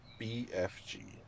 BFG